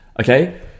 Okay